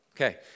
Okay